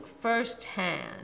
firsthand